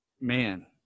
Man